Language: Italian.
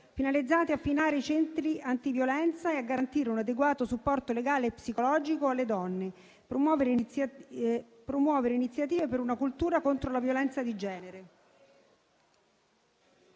finalizzate a finanziare i centri antiviolenza e garantire un adeguato supporto legale e psicologico alle donne, promuovere iniziative per una cultura contro la violenza di genere.